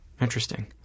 Interesting